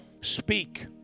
speak